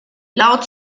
laut